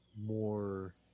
more